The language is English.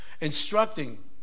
instructing